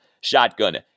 shotgun